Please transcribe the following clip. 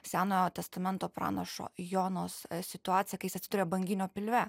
senojo testamento pranašo jonos situacija kai jis atsiduria banginio pilve